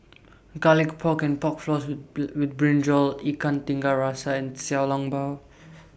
Garlic Pork and Pork Floss with with Brinjal Ikan Tiga Rasa and Xiao Long Bao